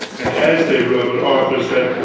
and as they rode, arthur said,